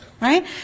Right